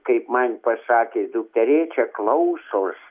kaip man pasakė dukterėčia klausos